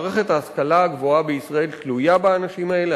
מערכת ההשכלה הגבוהה בישראל תלויה באנשים האלה,